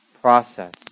process